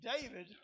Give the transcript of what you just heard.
David